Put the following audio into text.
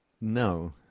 No